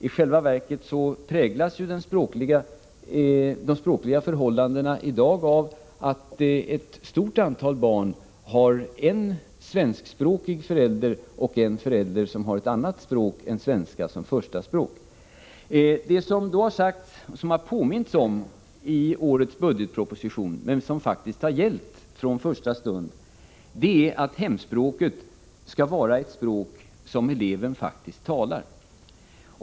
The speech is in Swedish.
I själva verket präglas ju de språkliga förhållandena i dag av att ett stort antal barn har en svenskspråkig förälder och en förälder som har ett annat språk än svenska som första språk. I årets budgetproposition har man påmint om något som faktiskt har gällt från första stund, nämligen att hemspråket skall vara ett språk som eleven faktiskt talar.